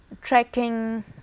tracking